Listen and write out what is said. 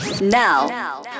Now